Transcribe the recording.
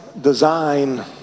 design